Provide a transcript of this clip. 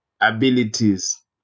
abilities